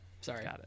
Sorry